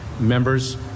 members